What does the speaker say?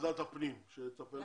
ועדת הפנים שתטפל בזה.